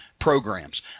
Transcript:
programs